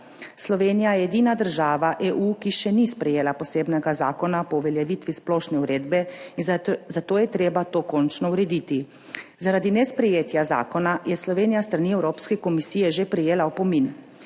Slovenija je edina država EU, ki še ni sprejela posebnega zakona po uveljavitvi splošne uredbe in zato je treba to končno urediti. Zaradi nesprejetja zakona je Slovenija s strani Evropske komisije že prejela opomin.